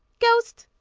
ghost.